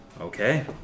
Okay